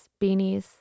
beanies